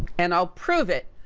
and i'll prove it,